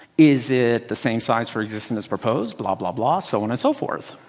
is it the same size for existent as proposed? blah, blah, blah, so on and so forth.